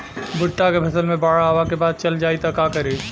भुट्टा के फसल मे बाढ़ आवा के बाद चल जाई त का करी?